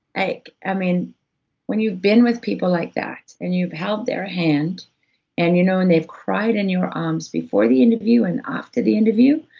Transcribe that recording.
like ah when you've been with people like that, and you've held their hand and you know and they've cried in your arms before the interview and after the interview,